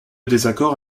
désaccord